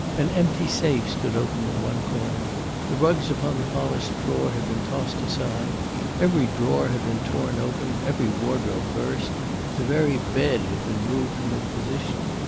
an empty safe stood open in one corner the rugs upon the polished floor had been tossed aside every drawer had been torn open, every wardrobe burst the very bed had been moved from its position.